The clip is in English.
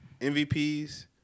MVPs